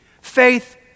faith